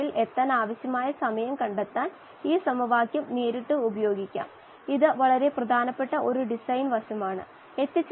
1 ഉപയോഗിച്ച് നമുക്ക് ഈ പ്രഭാഷണം പൂർത്തിയാക്കാം അടുത്ത പ്രസംഗത്തിൽ ഈ പ്രശ്നം പരിഹരിക്കാം